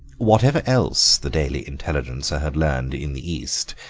whatever else the daily intelligencer had learned in the east,